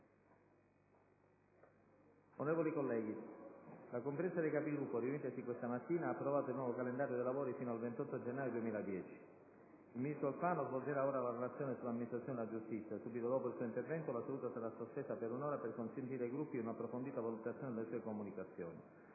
Onorevoli colleghi, la Conferenza dei Capigruppo, riunitasi questa mattina, ha approvato il nuovo calendario dei lavori fino al 28 gennaio 2010. Il ministro Alfano svolgerà ora la Relazione sull'amministrazione della giustizia. Subito dopo il suo intervento la seduta sarà sospesa per un'ora per consentire ai Gruppi un'approfondita valutazione delle sue comunicazioni.